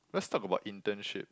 let's talk about internship